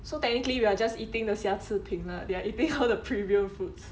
so technically we are just eating the 瑕疵品 lah they are eating all the premium foods